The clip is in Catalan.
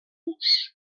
bus